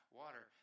water